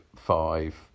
five